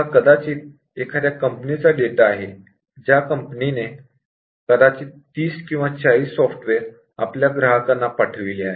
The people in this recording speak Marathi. हा एखाद्या कंपनीचा डेटा आहे ज्या कंपनीने कदाचित 30 किंवा 40 सॉफ्टवेअर आपल्या ग्राहकांना पाठविली आहेत